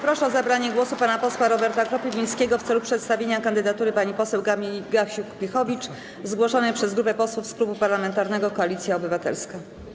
Proszę o zabranie głosu pana posła Roberta Kropiwnickiego w celu przedstawienia kandydatury pani poseł Kamili Gasiuk-Pihowicz zgłoszonej przez grupę posłów z Klubu Parlamentarnego Koalicja Obywatelska.